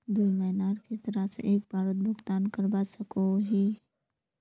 दुई महीनार किस्त राशि एक बारोत भुगतान करवा सकोहो ही?